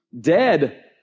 dead